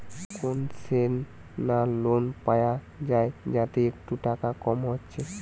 concessional loan পায়া যায় যাতে একটু টাকা কম হচ্ছে